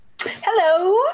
Hello